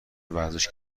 ورزش